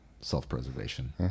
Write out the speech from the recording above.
self-preservation